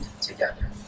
together